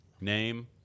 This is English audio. Name